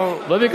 לא ביקשתי.